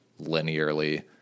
linearly